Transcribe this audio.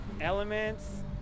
elements